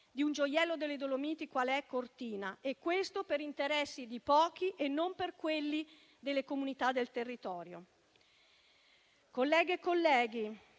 di un gioiello delle Dolomiti qual è Cortina, e questo per interessi di pochi e non per quelli delle comunità del territorio. Colleghe e colleghi,